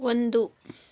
ಒಂದು